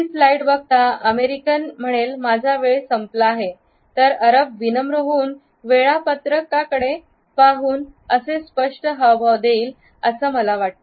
हि स्लाईड बघता अमेरिकन म्हणेल माझा वेळ संपला आहे तर अरब विनम्र होऊन वेळापत्रक आकडे पाहून असे स्पष्ट हावभाव देईल असे मला वाटते